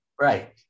right